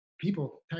people